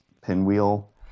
pinwheel